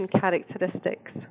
characteristics